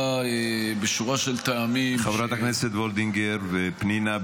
בשורה של טעמים -- חברת הכנסת וולדיגר ופנינה,